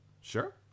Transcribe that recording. Sure